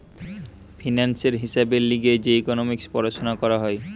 ফিন্যান্সের হিসাবের লিগে যে ইকোনোমিক্স পড়াশুনা করা হয়